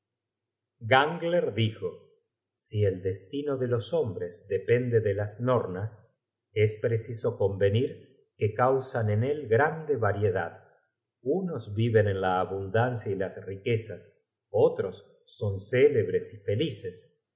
gangler dijo si el destino de los hombres depende de las nornas es preciso convenir que causan en él grande variedad unos viven en la abundancia y las riquezas otros son célebres y felices